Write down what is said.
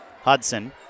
Hudson